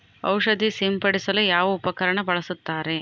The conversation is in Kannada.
ಔಷಧಿ ಸಿಂಪಡಿಸಲು ಯಾವ ಉಪಕರಣ ಬಳಸುತ್ತಾರೆ?